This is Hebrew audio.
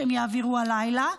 שהם יעבירו הלילה,